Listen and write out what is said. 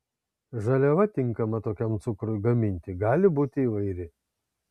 žaliava tinkama tokiam cukrui gaminti gali būti įvairi